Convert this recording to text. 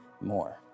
more